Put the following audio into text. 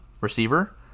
Receiver